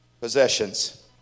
possessions